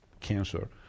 cancer